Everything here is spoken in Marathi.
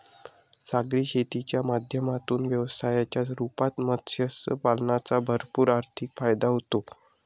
सागरी शेतीच्या माध्यमातून व्यवसायाच्या रूपात मत्स्य पालनाचा भरपूर आर्थिक फायदा होतो